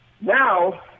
now